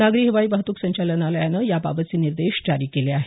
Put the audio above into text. नागरी हवाई वाहतुक संचालनालयानं याबाबतचे निर्देश जारी केले आहेत